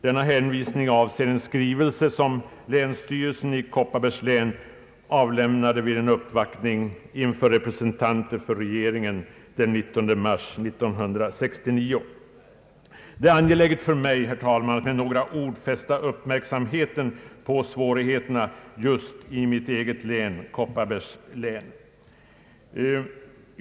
Denna hänvisning avser en skrivelse som länsstyrelsen i Kopparbergs län avlämnade vid en uppvaktning inför representanter för regeringen den 19 mars 1969. Det är angeläget för mig, herr talman, att med några ord fästa uppmärksamheten på svårigheterna just i mitt eget hemlän, Kopparbergs län.